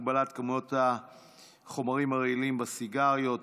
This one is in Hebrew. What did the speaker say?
הגבלת כמויות חומרים רעילים בסיגריות),